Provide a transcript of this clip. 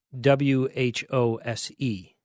W-H-O-S-E